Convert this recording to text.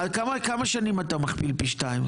על כמה שנים אתה מכפיל פי שניים?